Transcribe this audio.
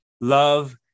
love